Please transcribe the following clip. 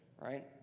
right